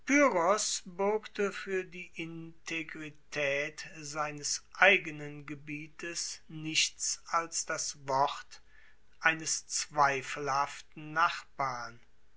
fuer die integritaet seines eigenen gebietes nichts als das wort eines zweifelhaften nachbarn